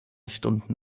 stunden